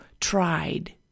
tried